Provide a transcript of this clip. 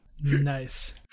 nice